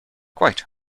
quite